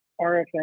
RFM